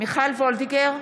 מיכל וולדיגר,